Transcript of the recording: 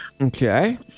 Okay